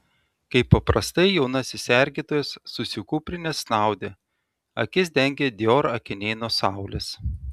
kaip paprastai jaunasis sergėtojas susikūprinęs snaudė akis dengė dior akiniai nuo saulės